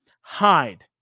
hide